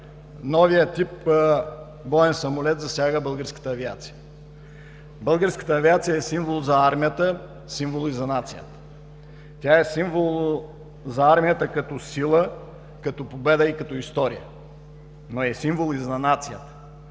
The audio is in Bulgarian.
новия тип боен самолет засяга българската авиация. Българската авиация е символ за армията, символ и за нацията. Тя е символ за армията като сила, като победа и като история, но е символ и за нацията